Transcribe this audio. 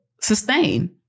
sustain